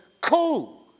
cool